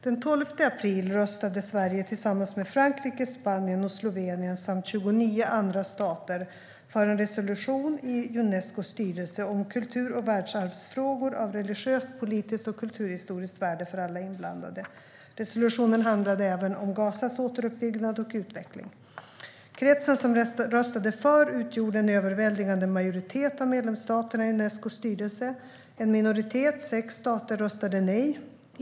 Den 12 april röstade Sverige tillsammans med Frankrike, Spanien och Slovenien samt 29 andra stater för en resolution i Unescos styrelse om kultur och världsarvsfrågor av religiöst, politiskt och kulturhistoriskt värde för alla inblandade. Resolutionen handlade även om Gazas återuppbyggnad och utveckling. Kretsen som röstade för utgjorde en överväldigande majoritet av medlemsstaterna i Unescos styrelse. En minoritet, sex stater, röstade nej.